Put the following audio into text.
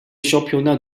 championnats